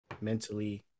mentally